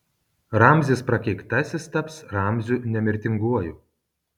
ramzis prakeiktasis taps ramziu nemirtinguoju